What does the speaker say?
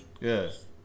Yes